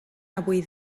avui